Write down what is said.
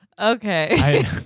Okay